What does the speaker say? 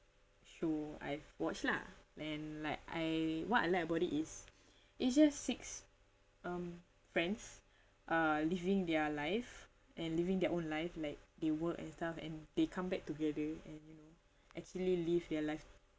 show I've watched lah then like I what like about is it just six um friends uh living their life and living their own life like they work and stuff and they come back together and you know actually live their life